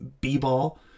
B-Ball